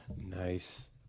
Nice